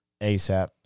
ASAP